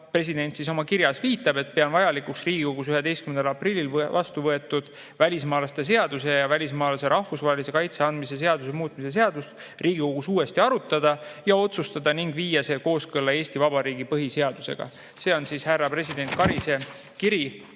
President oma kirjas viitab, et peab vajalikuks Riigikogus 11. aprillil vastu võetud välismaalaste seaduse ja välismaalasele rahvusvahelise kaitse andmise seaduse muutmise seadust Riigikogus uuesti arutada ja otsustada ning viia see kooskõlla Eesti Vabariigi põhiseadusega. See on härra president Karise kiri